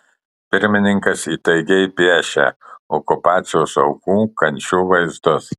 pirmininkas įtaigiai piešia okupacijos aukų kančių vaizdus